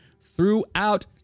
throughout